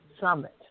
summit